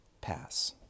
pass